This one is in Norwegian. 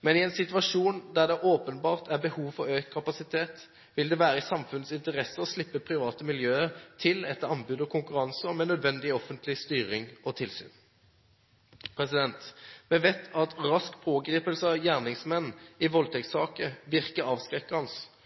Men i en situasjon hvor det åpenbart er behov for økt kapasitet, vil det være i samfunnets interesse å slippe private miljøer til etter anbud og konkurranse og med nødvendig offentlig styring og tilsyn. Vi vet at rask pågripelse av gjerningsmenn i voldtektssaker virker avskrekkende,